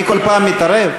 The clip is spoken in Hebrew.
אני כל פעם מתערב?